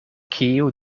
kiu